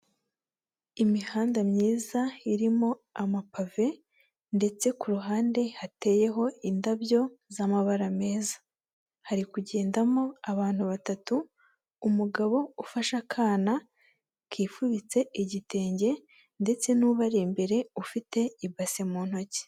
Imihanda myiza irimo amapave ndetse ku ruhande hateyeho indabyo z'amabara meza, hari kugendamo abantu batatu, umugabo ufashe akana kifubitse igitenge ndetse n'ubari imbere ufite ibase mu ntoki.